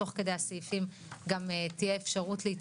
תוך כדי הסעיפים תהיה אפשרות להתייחס.